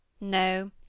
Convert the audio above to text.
No